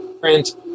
print